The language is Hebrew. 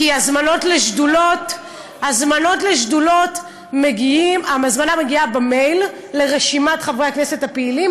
כי ההזמנה לשדולות מגיעה במייל לרשימת חברי הכנסת הפעילים,